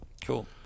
Cool